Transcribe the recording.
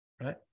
right